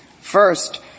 First